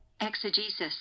Exegesis